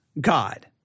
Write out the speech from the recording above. God